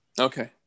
Okay